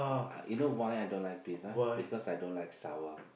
you know why I don't like pizza because I don't like sour